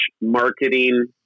marketing